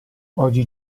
oggi